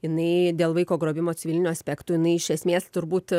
jinai dėl vaiko grobimo civilinių aspektų jinai iš esmės turbūt